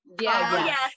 Yes